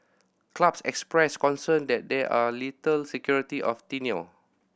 clubs expressed concern that there are little security of tenure